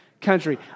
country